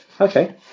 Okay